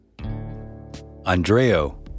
Andreo